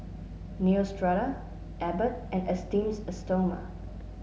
Neostrata Abbott and Esteem Stoma